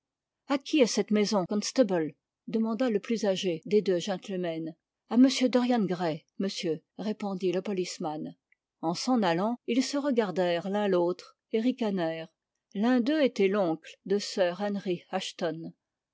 a qui est cette maison constable p demanda le plus âgé des deux gentlemen am dorian gray monsieur répondit le poli ceman en s'en allant ils se regardèrent l'un l'autre et ricanèrent l'un d'eux était l'oncle de sir